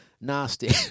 Nasty